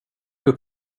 upp